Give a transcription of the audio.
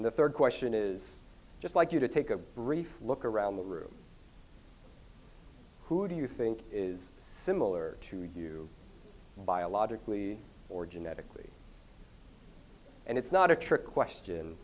and the third question is just like you take a brief look around the room who do you think is similar to you biologically or genetically and it's not a trick question